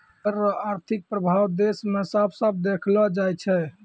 कर रो आर्थिक प्रभाब देस मे साफ साफ देखलो जाय छै